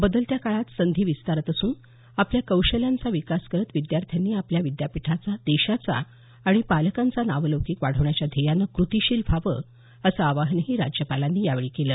बदलत्या काळात संधी विस्तारत असून आपल्या कौशल्यांचा विकास करत विद्यार्थ्यांनी आपल्या विद्यापीठाचा देशाचा आणि पालकांचा नावलौकीक वाढवण्याच्या ध्येयाने कृतीशील व्हावं असं आवाहनही राज्यपालांनी यावेळी केलं